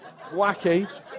Wacky